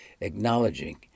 acknowledging